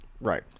Right